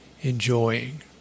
enjoying